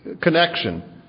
connection